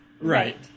Right